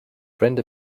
brenda